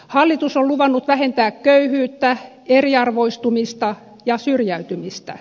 hallitus on luvannut vähentää köyhyyttä eriarvoistumista ja syrjäytymistä